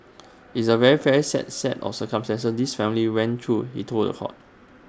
IT is A very fad sad set of circumstances this family went through he told was hot